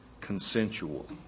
consensual